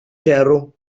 gerro